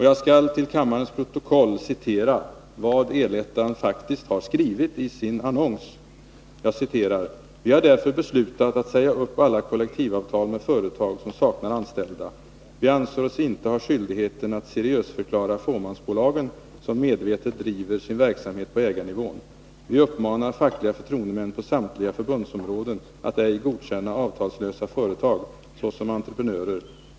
Jag skall till kammarens protokoll citera vad El-ettan faktiskt har skrivit i sin annons: ”Vi har därför beslutat att säga upp alla kollektivavtal med företag som saknar anställda. Vi anser oss inte ha skyldigheten att seriösförklara fåmansbolagen som medvetet driver sin verksamhet på ägarnivån. Vi uppmanar fackliga förtroendemän på samtliga förbundsområden att ej godkänna avtalslösa företag såsom entreprenörer.